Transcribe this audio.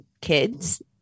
kids